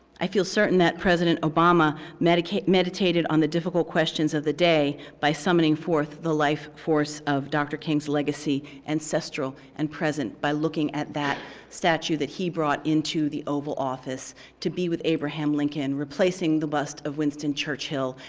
i feel certain that president obama meditated meditated on the difficult questions of the day by summoning forth the life force of dr. king's legacy, ancestral and present, by looking at that statue that he brought into the oval office to be with abraham lincoln, replacing the bust of winston churchill,